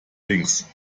links